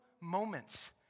moments